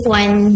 one